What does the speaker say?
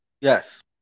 Yes